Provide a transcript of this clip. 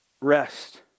rest